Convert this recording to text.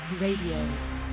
Radio